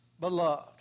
beloved